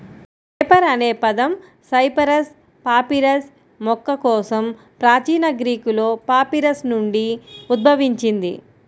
paper అనే పదం cyperus papyrus మొక్క కోసం ప్రాచీన గ్రీకులో పాపిరస్ నుండి ఉద్భవించింది